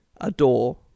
Adore